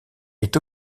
est